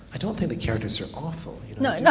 i don't think the characters are awful. no, no,